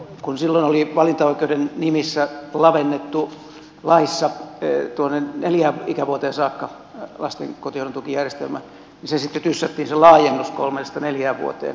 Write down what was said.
kun silloin oli valintaoikeuden nimissä lavennettu laissa tuonne neljään ikävuoteen saakka lasten kotihoidon tukijärjestelmä niin se sitten tyssättiin se laajennus kolmesta neljään vuotaan